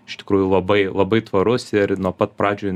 iš tikrųjų labai labai tvarus ir nuo pat pradžių